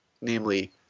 namely